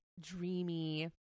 dreamy